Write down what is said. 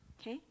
Okay